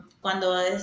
Cuando